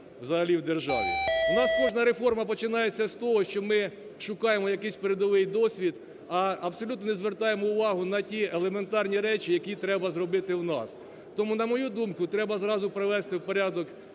У нас кожна реформа починається з того, що ми шукаємо якийсь передовий досвід, а абсолютно не звертаємо увагу на ті елементарні речі, які треба зробити в нас. Тому, на мою думку, треба зразу привести в порядок